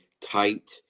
tight